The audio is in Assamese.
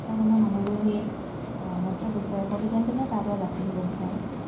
কাৰণ আমাৰ মানুহবোৰেও সেই মাত্ৰ দুশ এশ দি যেনে তেনে তাৰ পৰা বাচি আহিব বিচাৰে